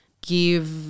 give